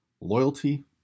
loyalty